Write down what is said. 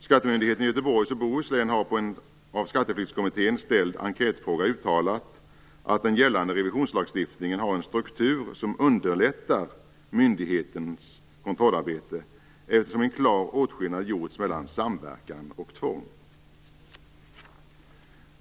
Skattemyndigheten i Göteborgs och Bohuslän har med anledning av en av Skatteflyktskommittén ställd enkätfråga uttalat att den gällande revisionslagstiftningen har en struktur som underlättar myndighetens kontrollarbete, eftersom en klar åtskillnad gjorts mellan samverkan och tvång.